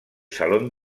salón